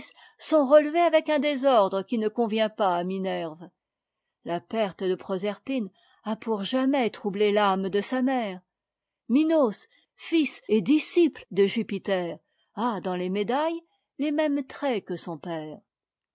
sont relevés avec un désordre qui ne convient pas à minerve la perte de proserpine a pour jamais troublé ame de sa mère minos fils et disciple de jupiter a dans les médailles les mêmes traits que son père